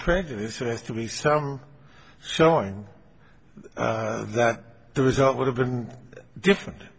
prejudice it has to be some showing that the result would have been different